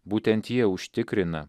būtent jie užtikrina